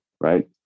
Right